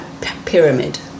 pyramid